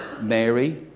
Mary